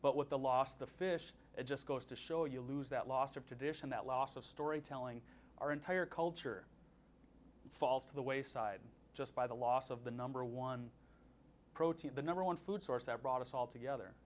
but with the loss of the fish it just goes to show you lose that lost of tradition that loss of storytelling our entire culture falls to the wayside just by the loss of the number one protein the number one food source that brought us all together